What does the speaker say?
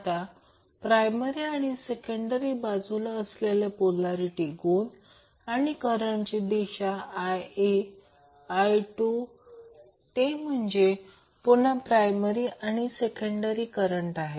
आता प्रायमरी आणि सेकंडरी बाजूला असलेले पोल्यारिटी गुण आणि करंटची दिशा I1 I2 ते म्हणजे पुन्हा प्रायमरी आणि सेकंडरी करंट आहे